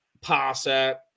passer